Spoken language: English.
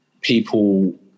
people